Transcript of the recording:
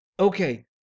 okay